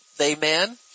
amen